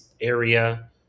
area